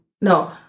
No